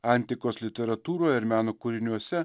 antikos literatūroje ir meno kūriniuose